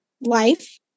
life